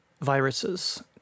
viruses